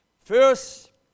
First